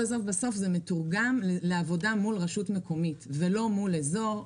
זה מתורגם לעבודה עם רשות מקומית ולא עם אזור.